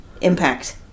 Impact